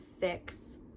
fix